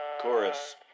Chorus